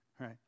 right